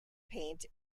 paint